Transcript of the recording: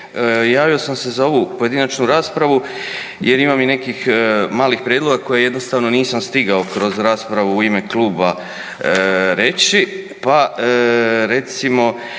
Javio sam se za ovu pojedinačnu raspravu jer imam i nekih malih prijedloga koje jednostavno nisam stigao kroz raspravu u ime kluba reći.